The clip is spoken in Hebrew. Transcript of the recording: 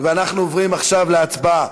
אנחנו עוברים עכשיו להצבעה.